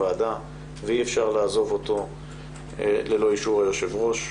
ואי אפשר לעזוב אותו ללא אישור היושב-ראש.